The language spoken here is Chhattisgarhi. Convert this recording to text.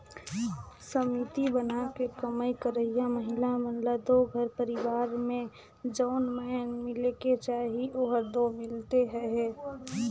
समिति बनाके कमई करइया महिला मन ल दो घर परिवार में जउन माएन मिलेक चाही ओहर दो मिलते अहे